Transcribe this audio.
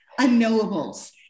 unknowables